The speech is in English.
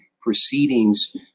proceedings